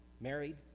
married